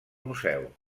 museu